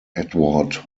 edward